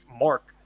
mark